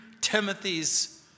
Timothy's